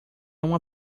uma